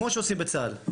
כמו שעושים בצה"ל,